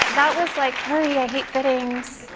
that was like, hurry, i hate fittings.